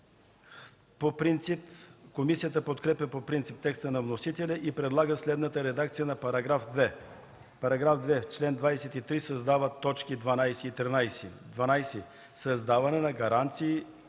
Комисията подкрепя по принцип текста на вносителя и предлага следната редакция на § 2: „§ 2. В чл. 23 се създават т. 12 и 13: „12. създаване на гаранции